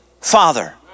father